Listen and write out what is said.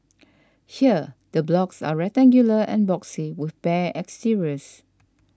here the blocks are rectangular and boxy with bare exteriors